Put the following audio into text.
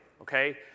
okay